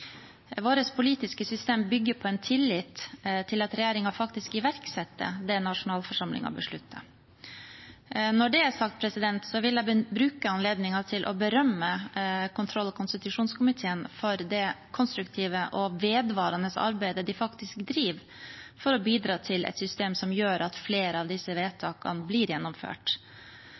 Vårt politiske system bygger på en tillit til at regjeringen faktisk iverksetter det nasjonalforsamlingen beslutter. Når det er sagt, vil jeg bruke anledningen til å berømme kontroll- og konstitusjonskomiteen for det konstruktive og vedvarende arbeidet de faktisk driver for å bidra til et system som gjør at flere av disse vedtakene blir gjennomført,